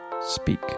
speak